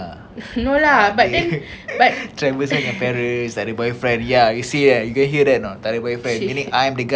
no lah but then but